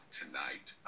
tonight